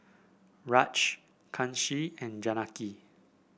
Raj Kanshi and Janaki